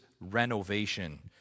renovation